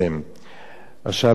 בשנת 2009,